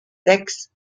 sechs